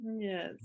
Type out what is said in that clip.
Yes